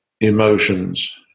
emotions